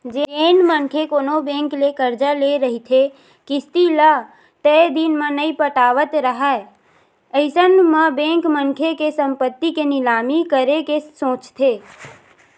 जेन मनखे कोनो बेंक ले करजा ले रहिथे किस्ती ल तय दिन म नइ पटावत राहय अइसन म बेंक मनखे के संपत्ति के निलामी करे के सोचथे